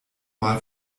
mal